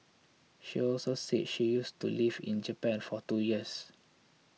she also said she used to lived in Japan for two years